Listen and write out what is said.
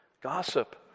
Gossip